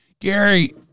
Gary